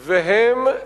והם,